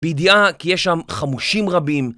בידיעה כי יש שם חמושים רבים.